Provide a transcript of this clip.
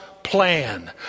Plan